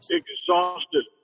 exhausted